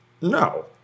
No